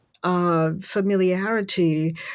Familiarity